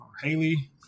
Haley